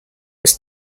was